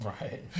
Right